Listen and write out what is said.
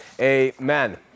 amen